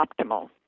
optimal